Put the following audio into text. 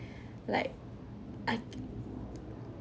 like I c~